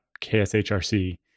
.kshrc